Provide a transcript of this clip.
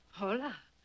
Hola